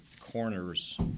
corners